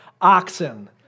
oxen